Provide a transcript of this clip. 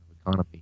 economy